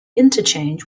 interchange